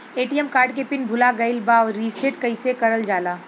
ATM card के pin भूला गइल बा रीसेट कईसे करल जाला?